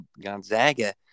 Gonzaga